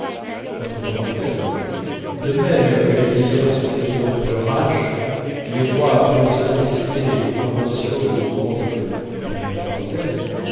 de même que les vieillards sont étonnants pour leur âge les rois pleins de simplicité et les provinciaux au courant de tout